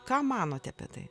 ką manote apie tai